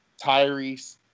Tyrese